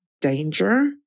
danger